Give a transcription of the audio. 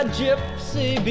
gypsy